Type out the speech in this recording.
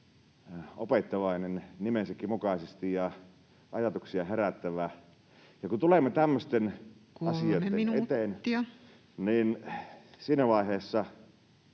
opettavainen nimensäkin mukaisesti ja ajatuksia herättävä. Ja kun tulemme tämmöisten [Puhemies: 3 minuuttia!] asioitten eteen, niin siinä vaiheessa